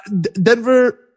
Denver